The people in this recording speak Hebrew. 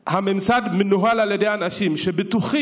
הממסד מנוהל על ידי אנשים שבטוחים,